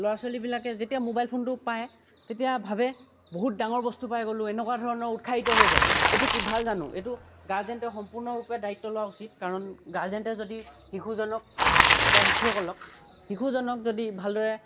ল'ৰা ছোৱালীবিলাকে যেতিয়া মোবাইল ফোনটো পায় তেতিয়া ভাৱে বহুত ডাঙৰ বস্তু পাই গ'লোঁ এনেকুৱা ধৰণৰ উৎসাহিত হৈ যায় এইটো কি ভাল জানো এইটো গাৰ্জেনে সম্পূৰ্ণৰূপে দায়িত্ব লোৱা উচিত কাৰণ গাৰ্জেনে যদি শিশুজনক বা শিশুসকলক শিশুজনক যদি ভালদৰে